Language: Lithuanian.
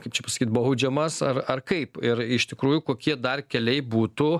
kaip čia pasakyt baudžiamas ar ar kaip ir iš tikrųjų kokie dar keliai būtų